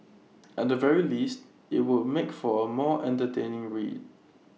at the very least IT would make for A more entertaining read